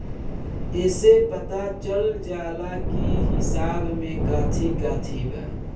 एसे पता चल जाला की हिसाब में काथी काथी बा